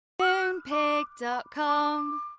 Moonpig.com